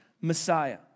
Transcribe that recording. Messiah